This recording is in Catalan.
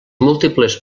múltiples